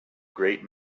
great